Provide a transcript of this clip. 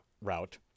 route